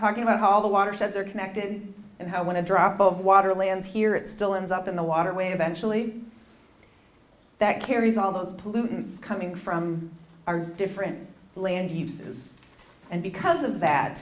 talking about how all the water sets are connected and how when a drop of water lands here it still ends up in the waterway eventually that carries all the pollutants coming from our different land uses and because of that